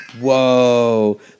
Whoa